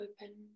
open